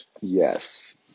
Yes